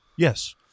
Yes